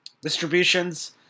Distributions